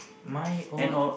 my old